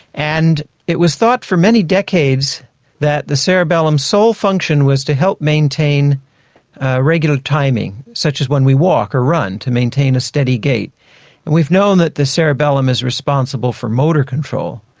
and it was thought for many decades that the cerebellum's sole function was to help maintain regular timing, such as when we walk or run, to maintain a steady gait. and we've known that the cerebellum is responsible for motor control,